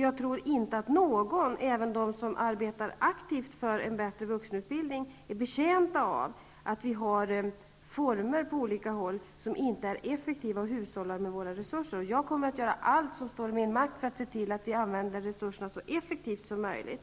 Jag tror inte att någon, inte heller de som arbetar aktivt för bättre vuxenutbildning, är betjänta av att vi på olika håll har former som inte är effektiva och hushåller med våra resurser. Jag kommer att göra allt som står i min makt för att se till att vi använder resurserna så effektivt som möjligt.